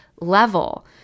level